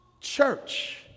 church